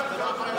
מה לעשות,